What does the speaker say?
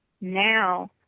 now